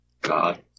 God